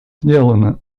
сделано